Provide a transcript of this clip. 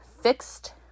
fixed